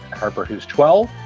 harper who's twelve.